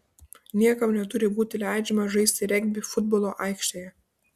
niekam neturi būti leidžiama žaisti regbį futbolo aikštėje